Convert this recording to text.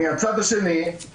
מהצד השני,